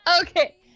Okay